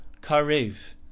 karev